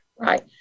Right